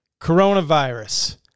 Coronavirus